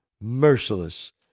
merciless